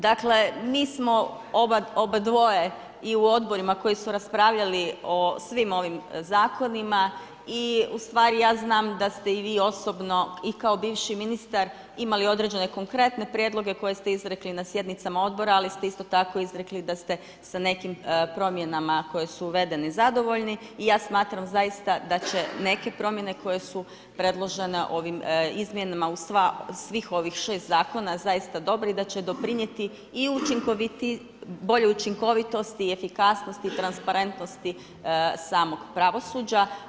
Dakle nismo obadvoje i u odborima koji su raspravljali o svim ovim zakonima i ja znam da ste i vi osobno i kao bivši ministar imali određene konkretne prijedloge koje ste izrekli na sjednicama odbora, ali ste isto tako izrekli da ste sa nekim promjenama koje su uvedene zadovoljni i ja smatram zaista da će neke promjene koje su predložene ovim izmjenama u svih ovih šest zakona zaista dobre i da će doprinijeti boljoj učinkovitosti, efikasnosti i transparentnosti samog pravosuđa.